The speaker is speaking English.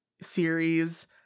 series